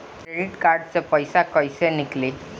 Credit card से पईसा केइसे निकली?